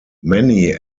many